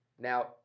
Now